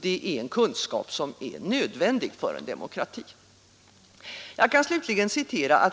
Det är en kunskap som är nödvändig för en demokrati.